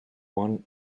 one